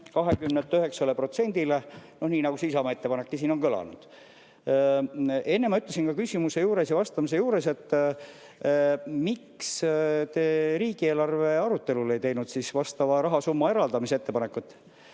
9%-le, nagu see Isamaa ettepanek siin on kõlanud. Enne ma ütlesin ka küsimuse ja vastuse juures, et miks te riigieelarve arutelul ei teinud vastava rahasumma eraldamise ettepanekut.